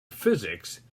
physics